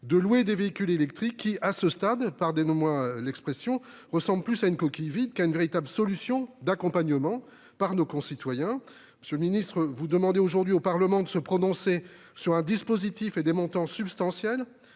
de louer des véhicules électriques. En effet, à ce stade, celui-ci ressemble davantage à une coquille vide qu'à une véritable solution d'accompagnement pour nos concitoyens. Monsieur le ministre, vous demandez aujourd'hui au Parlement de se prononcer sur un dispositif mobilisant des montants substantiels,